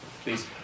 please